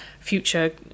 future